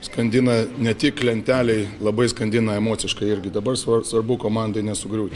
skandina ne tik lentelėj labai skandina emociškai irgi dabar svarbu komandai nesugriūti